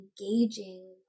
engaging